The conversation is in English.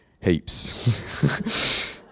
heaps